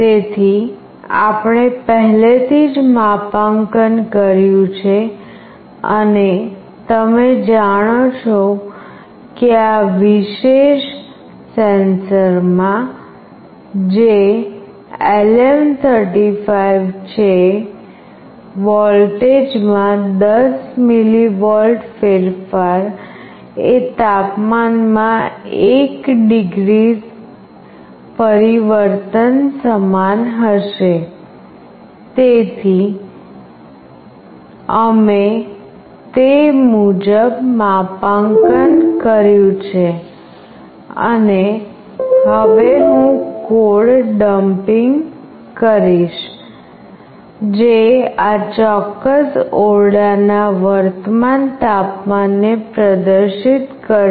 તેથી આપણે પહેલેથી જ માપાંકન કર્યું છે અને તમે જાણો છો કે આ વિશેષ સેન્સર માં જે LM35 છે વોલ્ટેજમાં 10 મિલીવોલ્ટ ફેરફાર એ તાપમાનમાં 1 ડિગ્રી પરિવર્તન સમાન હશે તેથી અમે તે મુજબ માપાંકન કર્યું છે અને હવે હું કોડ ડમ્પિંગ કરીશ જે આ ચોક્કસ ઓરડાના વર્તમાન તાપમાનને પ્રદર્શિત કરશે